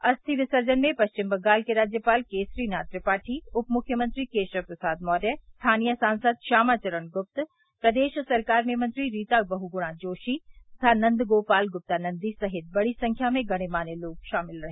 अस्थि विसर्जन में पश्चिम बंगाल के राज्यपाल केसरीनाथ त्रिपाठी उप मुख्यमंत्री केशव प्रसाद मौर्य स्थानीय सांसद श्यामाचरण गुप्त प्रदेश सरकार में मंत्री रीता बहुगुणा जोशी तथा नन्दगोपाल गुप्ता नन्दी सहित बड़ी संख्या में गण्यमान्य लोग शामिल रहे